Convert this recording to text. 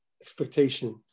expectation